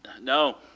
No